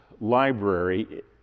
library